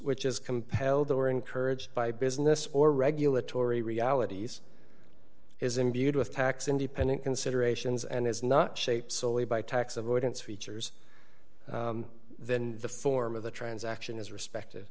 which is compelled or encouraged by business or regulatory realities is imbued with tax independent considerations and is not shaped solely by tax avoidance features then the form of the transaction is respect